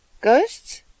Ghosts